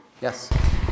Yes